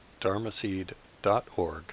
dharmaseed.org